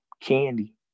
candy